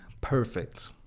Perfect